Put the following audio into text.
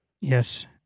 Yes